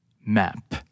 Map